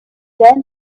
then